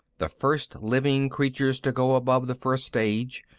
the first living creatures to go above the first stage,